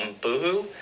Boohoo